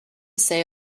say